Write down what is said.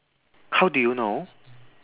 how do you know